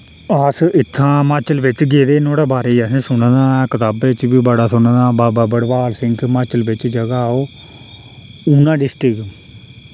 अस इत्थां माचल बिच गेदे नुआढ़े बारे च असें सुने दा कताबें च बि बड़ा सुने दा बाबा भड़वल सिंह हिमाचल बिच जगह ओह् ऊना डिस्ट्रिक